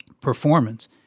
performance